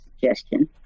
suggestion